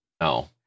No